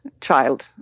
child